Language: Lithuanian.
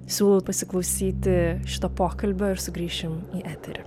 siūlau pasiklausyti šito pokalbio ir sugrįšim į eterį